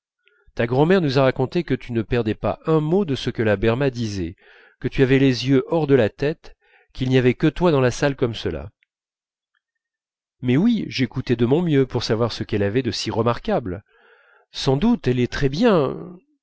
ta grand'mère nous a raconté que tu ne perdais pas un mot de ce que la berma disait que tu avais les yeux hors de la tête qu'il n'y avait que toi dans la salle comme cela mais oui j'écoutais de mon mieux pour savoir ce qu'elle avait de si remarquable sans doute elle est très bien